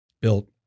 built